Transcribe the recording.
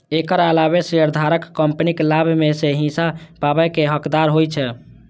एकर अलावे शेयरधारक कंपनीक लाभ मे सं हिस्सा पाबै के हकदार होइ छै